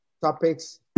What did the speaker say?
topics